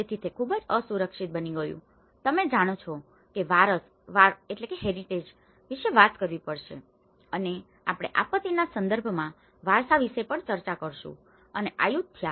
તેથી તે ખૂબ જ અસુરક્ષિત બની ગયું છે તમે જાણો છો કે વારસા વિશે વાત કરવી પડશે અને આપણે આપત્તિના સંદર્ભમાં વારસા વિશે પણ ચર્ચા કરીશું અને આયુથ્યા 9